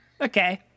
Okay